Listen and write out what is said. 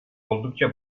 oldukça